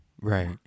right